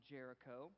Jericho